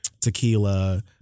tequila